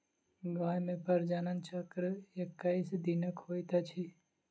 गाय मे प्रजनन चक्र एक्कैस दिनक होइत अछि